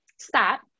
stop